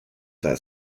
that